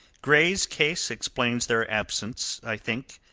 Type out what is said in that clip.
grey's case explains their absence, i think.